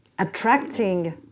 attracting